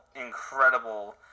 incredible